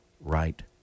right